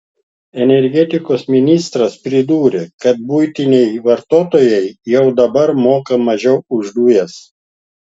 energetikos ministras pridūrė kad buitiniai vartotojai jau dabar moka mažiau už dujas